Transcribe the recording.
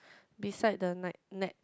beside the ni~ net